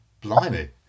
Blimey